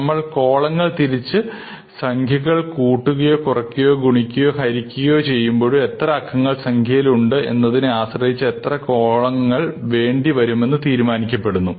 നമ്മൾ കോളങ്ങൾ തിരിച്ച് സംഖ്യകൾ കൂട്ടുകയോ കുറയ്ക്കുകയോ ഗുണിക്കുക ഹരിക്കുകയോ ചെയ്യുമ്പോഴും എത്ര അക്കങ്ങൾ സംഖ്യയിൽ ഉണ്ട് എന്നതിനെ ആശ്രയിച്ച് എത്ര കോളങ്ങൾ വേണ്ടിവരുമെന്ന് തീരുമാനിക്കപ്പെടുന്നു